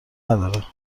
نداره